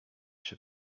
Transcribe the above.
cię